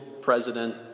president